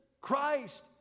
Christ